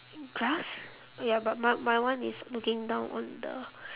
grass ya but my my one is looking down on the